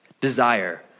desire